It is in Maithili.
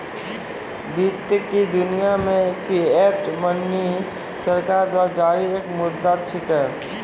वित्त की दुनिया मे फिएट मनी सरकार द्वारा जारी एक मुद्रा छिकै